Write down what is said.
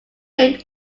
named